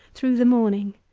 through the morning.